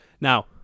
Now